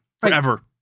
forever